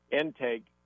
intake